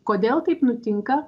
kodėl taip nutinka